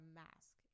mask